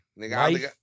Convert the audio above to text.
nigga